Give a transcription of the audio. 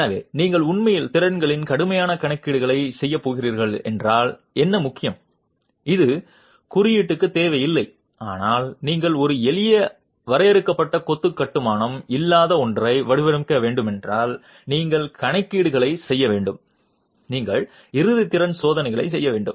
எனவே நீங்கள் உண்மையில் திறன்களில் கடுமையான கணக்கீடுகளைச் செய்யப் போகிறீர்கள் என்றால் என்ன முக்கியம் இது குறியீட்டுக்குத் தேவையில்லை ஆனால் நீங்கள் ஒரு எளிய வரையறுக்கப்பட்ட கொத்து கட்டுமானம் இல்லாத ஒன்றை வடிவமைக்க வேண்டுமென்றால் நீங்கள் கணக்கீடுகளைச் செய்ய வேண்டும் நீங்கள் இறுதி திறன் சோதனைகளை செய்ய வேண்டும்